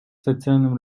социальном